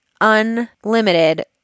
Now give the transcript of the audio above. unlimited